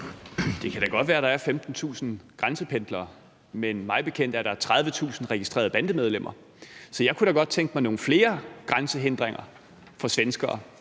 Det kan da godt være, at der er 15.000 grænsependlere, men mig bekendt er der 30.000 registrerede bandemedlemmer. Så jeg kunne da godt tænke mig nogle flere grænsehindringer for svenskere